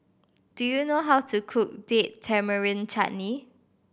do you know how to cook Date Tamarind Chutney